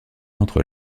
entre